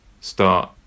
start